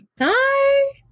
Hi